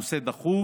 הנושא דחוף.